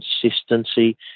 consistency